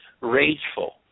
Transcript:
rageful